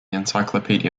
encyclopaedia